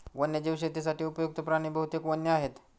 वन्यजीव शेतीसाठी उपयुक्त्त प्राणी बहुतेक वन्य आहेत